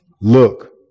Look